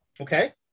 Okay